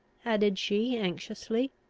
added she anxiously.